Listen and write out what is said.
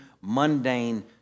mundane